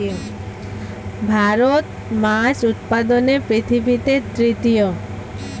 ভারত মাছ উৎপাদনে পৃথিবীতে তৃতীয়